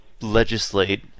legislate